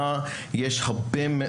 הנתונים מדהימים וזה מאוד